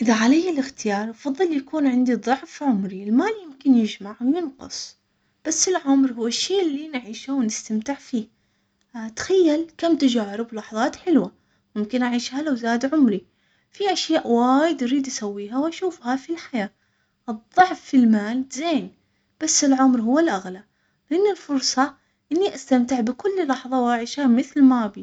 إذا عليا الإختيار أفضل يكون عندي ضعف، عمري، المال يمكن يجمع وينقص، بس العمر هو الشي اللي نعيشه ونستمتع فيه، أتخيل كم تجارب لحظات حلوة ممكن أعيشها لو زاد عمري في أشياء وايد أريد أسويها وأشوفها في الحياة، الضعف في المال زين، بس العمر هو الأغلى.